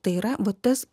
tai yra vat tas